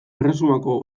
erresumako